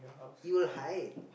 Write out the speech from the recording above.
you hide